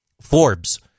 Forbes